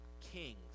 kings